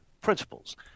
principles